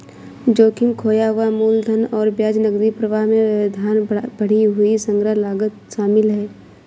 जोखिम, खोया हुआ मूलधन और ब्याज, नकदी प्रवाह में व्यवधान, बढ़ी हुई संग्रह लागत शामिल है